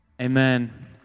Amen